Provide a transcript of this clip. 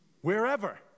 Wherever